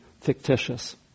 fictitious